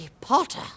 Potter